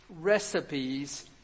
recipes